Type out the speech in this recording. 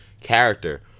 character